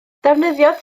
defnyddiodd